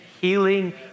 healing